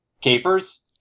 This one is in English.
capers